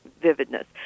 vividness